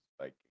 Viking